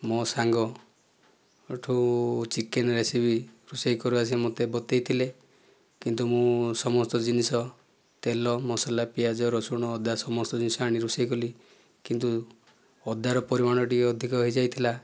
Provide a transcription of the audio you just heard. ମୋ ସାଙ୍ଗ ଠୁ ଚିକେନ୍ ରେସିପି ରୋଷେଇ କରିବା ସେ ମୋତେ ବତାଇଥିଲେ କିନ୍ତୁ ମୁଁ ସମସ୍ତ ଜିନିଷ ତେଲ ମସଲା ପିଆଜ ରସୁଣ ଅଦା ସମସ୍ତ ଜିନିଷ ଆଣି ରୋଷେଇ କଲି କିନ୍ତୁ ଅଦାର ପରିମାଣ ଟିକେ ଅଧିକ ହୋଇଯାଇଥିଲା